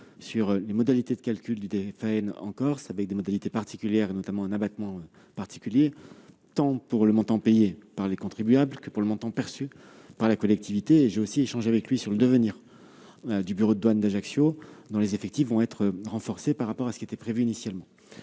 sur les modalités de calcul du DAFN en Corse- elle connaît un abattement particulier -tant pour le montant payé par les contribuables que pour celui perçu par la collectivité. J'ai aussi échangé avec lui sur le devenir du bureau des douanes d'Ajaccio dont les effectifs vont être renforcés par rapport à ce qui était prévu initialement.